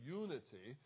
unity